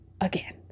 again